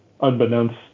unbeknownst